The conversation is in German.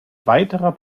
weiterer